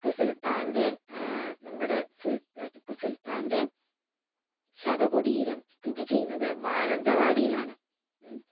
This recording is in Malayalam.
ടിപ്പുസുൽത്താൻ്റെ നമ്മുടെ സുൽ ടിപ്പുസുൽത്താൻ്റെ ശവകുടീരം സ്ഥിതി ചെയ്യുന്നത് മാനന്തവാടിയിലാണ്